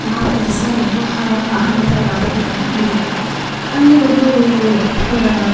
ಮಾರನೇ ದಿವಸ ನಾವು ಅಹಮದಾಬಾದ್ಗೆ ಬಂದು ಇಳಿದೆವು ಅಲ್ಲಿ ಒಂದು ಟು